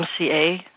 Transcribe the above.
MCA